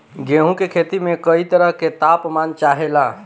गेहू की खेती में कयी तरह के ताप मान चाहे ला